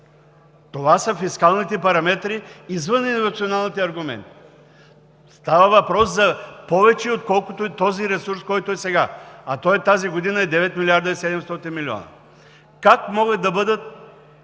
Това са фискалните параметри, извън емоционалните аргументи. Става въпрос за повече, отколкото е този ресурс, който е сега, а той тази година е 9 млрд. 700 млн. лв. Как могат да бъдат